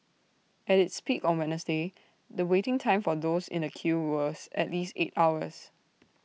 at its peak on Wednesday the waiting time for those in the queue was at least eight hours